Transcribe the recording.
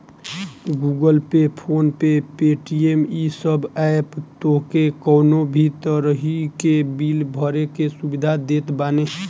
Google Pay, PhonePe, Paytm इ सब app तोहके कवनो भी तरही के बिल भरे के सुविधा देत बाने